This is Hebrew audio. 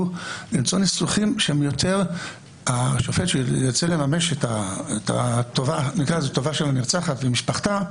למצוא ניסוחים שהשופט שירצה לממש את הטובה של הנרצחת ומשפחתה,